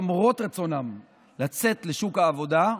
למרות רצונן לצאת לשוק העבודה,